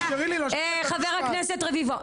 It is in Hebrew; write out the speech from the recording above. חבר הכנסת רביבו,